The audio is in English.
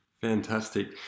fantastic